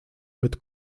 mit